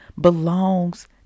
belongs